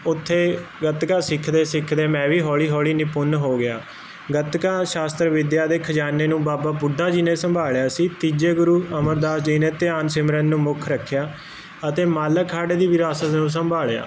ਉੱਥੇ ਗਤਕਾ ਸਿੱਖਦੇ ਸਿੱਖਦੇ ਮੈਂ ਵੀ ਹੌਲੀ ਹੌਲੀ ਨਿਪੁੰਨ ਹੋ ਗਿਆ ਗਤਕਾ ਸ਼ਾਸਤਰ ਵਿੱਦਿਆ ਦੇ ਖਜ਼ਾਨੇ ਨੂੰ ਬਾਬਾ ਬੁੱਢਾ ਜੀ ਨੇ ਸੰਭਾਲਿਆ ਸੀ ਤੀਜੇ ਗੁਰੂ ਅਮਰਦਾਸ ਜੀ ਨੇ ਧਿਆਨ ਸਿਮਰਨ ਨੂੰ ਮੁੱਖ ਰੱਖਿਆ ਅਤੇ ਮੱਲ ਅਖਾੜੇ ਦੀ ਵਿਰਾਸਤ ਨੂੰ ਸੰਭਾਲਿਆ